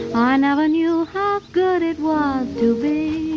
ah never knew how good it was to be